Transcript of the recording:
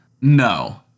No